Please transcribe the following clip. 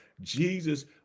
Jesus